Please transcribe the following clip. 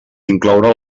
incloure